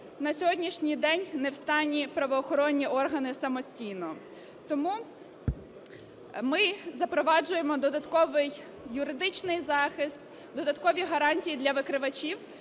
на сьогоднішній день не в стані правоохоронні органи самостійно. Тому ми запроваджуємо додатковий юридичний захист, додаткові гарантії для викривачів,